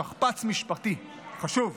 שכפ"ץ משפטי, חשוב.